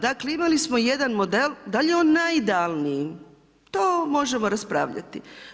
Dakle, imali smo jedan model, dal' je on najidealniji, to možemo raspravljati.